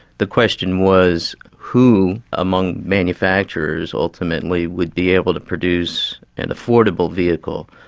the question was who among manufacturers, ultimately, would be able to produce an affordable vehicle,